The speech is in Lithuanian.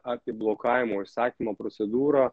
apie blokavimo įsakymo procedūrą